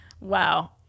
Wow